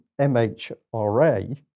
MHRA